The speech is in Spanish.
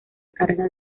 carga